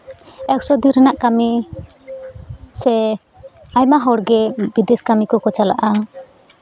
ᱮᱠᱥᱚ ᱫᱤᱱ ᱨᱮᱱᱟᱜ ᱠᱟᱹᱢᱤ ᱥᱮ ᱟᱭᱢᱟ ᱦᱚᱲᱜᱮ ᱵᱤᱫᱮᱥ ᱠᱟᱹᱢᱤ ᱠᱚᱠᱚ ᱪᱟᱞᱟᱜᱼᱟ